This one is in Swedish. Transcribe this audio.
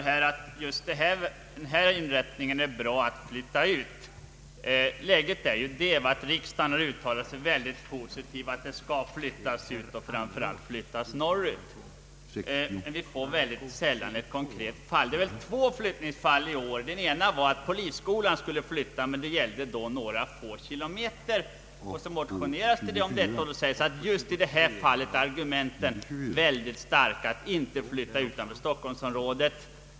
Herr talman! Riksdagen har uttalat sig mycket positivt för utflyttning av företag och då framför allt för flyttning norrut, men vi får mycket sällan ta ställning till ett konkret fall. Det har förekommit två flyttningsfall i år. Det ena gällde en flyttning av polisskolan några få kilometer inom Stockholmsområdet. Det framlades motioner, och mot dem anfördes: Just i detta fall är argumenten starka för att inte flytta utanför Stockholmsområdet.